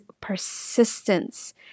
persistence